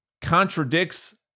contradicts